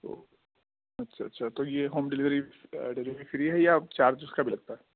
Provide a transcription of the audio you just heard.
اوہ اچھا اچھا تو یہ ہوم ڈلیوری ڈلیوری فری ہے یا چارج اس کا بھی لگتا ہے